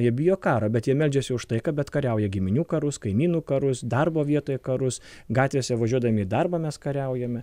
jie bijo karo bet jie meldžiasi už taiką bet kariauja giminių karus kaimynų karus darbo vietoj karus gatvėse važiuodami į darbą mes kariaujame